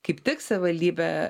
kaip tik savivaldybė